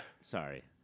Sorry